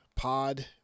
Pod